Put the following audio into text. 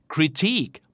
Critique